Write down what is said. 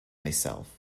myself